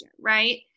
right